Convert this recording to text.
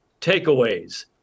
takeaways